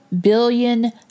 billion